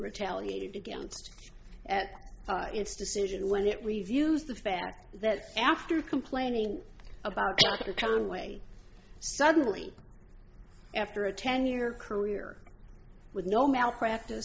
retaliated against its decision when it reviews the fact that after complaining about the conway suddenly after a ten year career with no malpracti